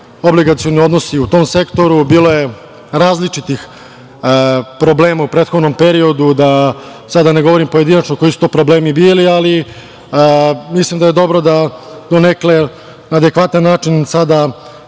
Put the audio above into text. obligacioni odnosi i u tom sektoru. Bilo je različitih problema u prethodnom periodu, da sada ne govorim pojedinačno koji su to problemi bili, ali mislim da je dobro da donekle na adekvatan način sada